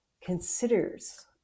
considers